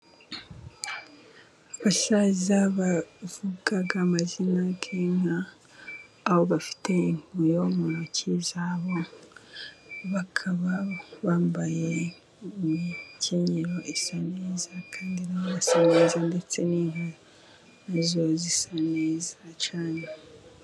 Abasaza bavuga amazina y'inka, bafite inkuyo mu ntoki zabo, bakaba bambaye imikinyero isa neza, ndetse n'inka n'azo zisa neza cyane.